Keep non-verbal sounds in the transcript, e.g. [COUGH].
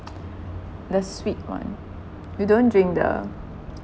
[NOISE] the sweet one you don't drink the